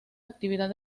actividad